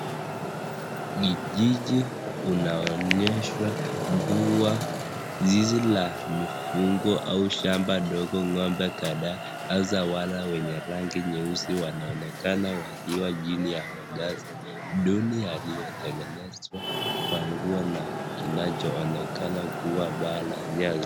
Ni zizi unaonyeshwa kuwa zizi la mifugo au shamba dogo ng'ombe kadhaa, hasa wale wenye raqngi nyeusi wanaonekana wakiwa chini ya makazi duni yaliyotenegenezwa kwa nguo na kinachoonekana kuwa paa la nyasi.